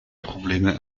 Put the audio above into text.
probleme